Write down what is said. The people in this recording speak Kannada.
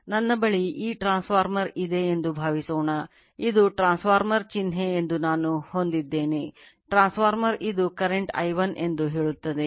ನನ್ನ ಬಳಿ ಈ ಟ್ರಾನ್ಸ್ಫಾರ್ಮರ್ ಇದೆ ಎಂದು ಭಾವಿಸೋಣ ಇದು ಟ್ರಾನ್ಸ್ಫಾರ್ಮರ್ ಚಿಹ್ನೆ ಎಂದು ನಾನು ಹೊಂದಿದ್ದೇನೆ ಟ್ರಾನ್ಸ್ಫಾರ್ಮರ್ ಇದು current I1 ಎಂದು ಹೇಳುತ್ತದೆ